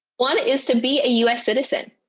one is to be a us citizen.